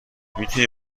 میتونی